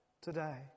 today